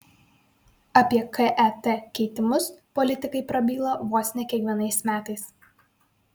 apie ket keitimus politikai prabyla vos ne kiekvienais metais